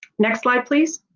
next slide please.